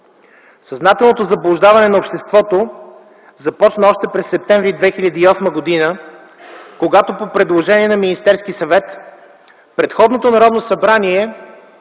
Съзнателното заблуждаване на обществото започна още през м. септември 2008 г., когато по предложение на Министерския съвет предходното Народно събрание